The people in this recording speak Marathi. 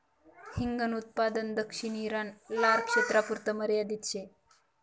हिंगन उत्पादन दक्षिण ईरान, लारक्षेत्रपुरता मर्यादित शे